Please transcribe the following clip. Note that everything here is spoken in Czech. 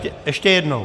Ne, ještě jednou.